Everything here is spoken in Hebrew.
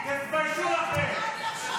------ תתביישו לכם.